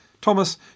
Thomas